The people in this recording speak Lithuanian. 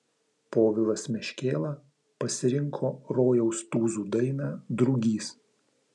povilas meškėla pasirinko rojaus tūzų dainą drugys